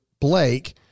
Blake